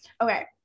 okay